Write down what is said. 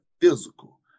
physical